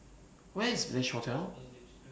Where IS Village Hotel